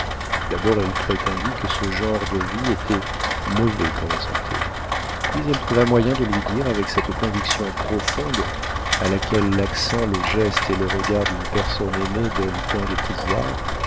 d'abord elle prétendit que ce genre de vie était mauvais pour la santé puis elle trouva moyen de lui dire avec cette conviction profonde à laquelle l'accent le geste et le regard d'une personne aimée donnent tant de pouvoir